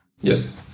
Yes